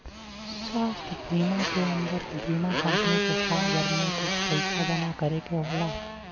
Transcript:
स्वास्थ बीमा के अन्दर बीमा कम्पनी के साल भर में कुछ पइसा जमा करे के होला